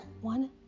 one